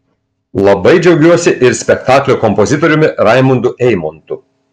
labai džiaugiuosi ir spektaklio kompozitoriumi raimundu eimontu